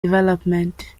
development